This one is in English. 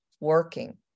working